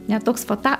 ne toks fata